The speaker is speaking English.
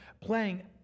playing